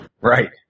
right